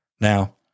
Now